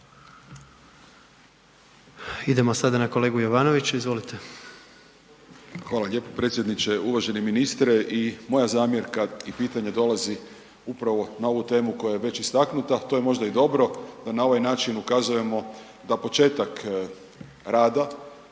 Idemo sada na kolegu Jovanovića, izvolite. **Jovanović, Željko (SDP)** Hvala lijepo predsjedniče, uvaženi ministre i moja zamjerka i pitanje dolazi upravo na ovu tema koja je već istaknuta, to je možda i dobro da na ovaj način ukazujemo da početak rada